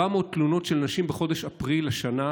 400 תלונות של נשים בחודש אפריל השנה,